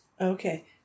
Okay